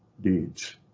deeds